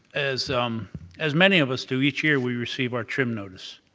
as um as many of us do, each year we receive our trim notice,